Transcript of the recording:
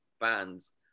bands